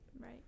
Right